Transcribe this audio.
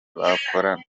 bakorana